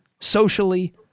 socially